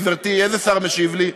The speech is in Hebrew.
גברתי, איזה שר משיב לי?